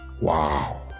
Wow